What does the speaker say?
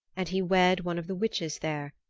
and he wed one of the witches there,